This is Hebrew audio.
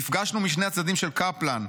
נפגשנו משני הצדדים של קפלן,